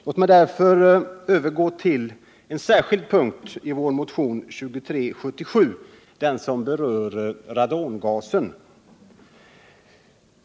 Låt mig därefter övergå till en särskild punkt i vår motion 2317, som berör radongasen.